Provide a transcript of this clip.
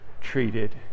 treated